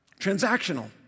transactional